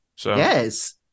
Yes